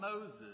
Moses